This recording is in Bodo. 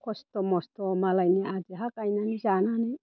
खस्थ' मस्थ' मालायनि आदि हा गायनानै जानानै